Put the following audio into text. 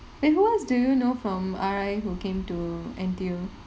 and who else do you know from R_I who came to N_T_U